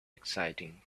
exciting